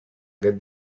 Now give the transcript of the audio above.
aquest